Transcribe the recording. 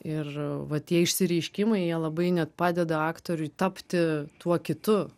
ir va tie išsireiškimai jie labai net padeda aktoriui tapti tuo kitu